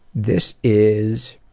this is